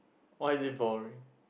why is it boring